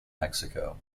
mexico